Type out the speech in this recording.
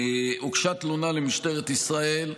הוגשה תלונה למשטרת ישראל.